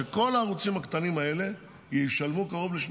כל הערוצים הקטנים האלה ישלמו קרוב ל-2